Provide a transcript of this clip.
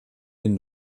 den